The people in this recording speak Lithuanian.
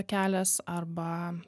kelias arba